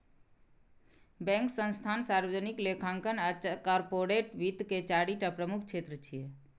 bank, संस्थान, सार्वजनिक लेखांकन आ कॉरपोरेट वित्त के चारि टा प्रमुख क्षेत्र छियै